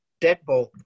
deadbolt